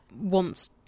wants